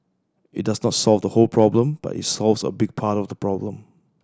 it does not solve the whole problem but it solves a big part of the problem